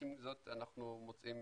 עם זאת אנחנו מוצאים